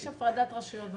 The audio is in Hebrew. יש הפרדת רשויות במדינה.